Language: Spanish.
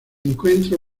encuentra